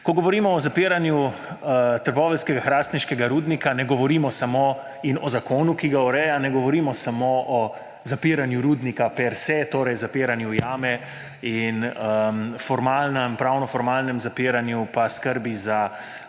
Ko govorimo o zapiranju trboveljskega, hrastniškega rudnika in o zakonu, ki ga ureja, ne govorimo samo o zapiranju rudnika per se, torej zapiranju jame in formalnopravnem zapiranju pa skrbi za